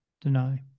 deny